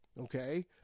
Okay